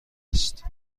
است